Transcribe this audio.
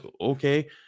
okay